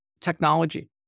technology